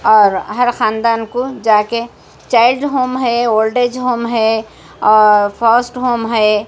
اور ہر خاندان کو جا کے چائلڈ ہوم ہے اولڈ ایج ہوم ہے اور فاسٹ ہوم ہے